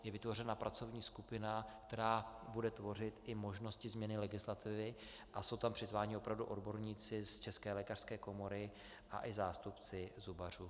Je vytvořena pracovní skupina, která bude tvořit i možnosti změny legislativy, a jsou tam přizváni opravdu odborníci z České lékařské komory i zástupci zubařů.